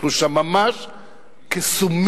אנחנו שם ממש כסומים,